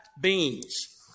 beans